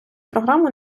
програму